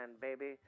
baby